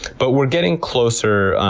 but we're getting closer.